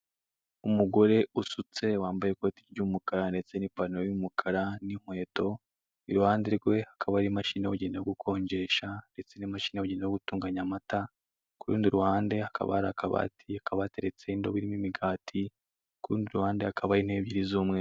Umugore usutse wamabye ikote ry'umukara ndetse n'ipantaro y'umukara n'ikweto, irihande hakaba hari imashini yabugenewe yogukonjesha ndetse n'imashini yabugenewe yogutunganye amata. Kurundi ruhande hakaba hari akabati gateretseho indobo irimo imigati , kurundi ruhande hakaba hari intebe ebyeri z'umweru.